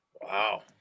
Wow